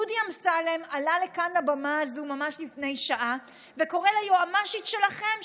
דודי אמסלם עלה לכאן לבימה הזאת ממש לפני שעה וקורא ליועמ"שית שלכם,